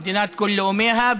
במדינת כל לאומיה,